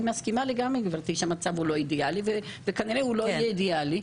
מסכימה לגמרי עם גברתי שהמצב הוא לא אידיאלי וכנראה גם לא יהיה אידיאלי,